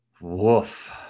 Woof